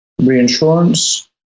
reinsurance